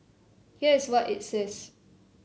here is what it says